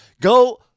Go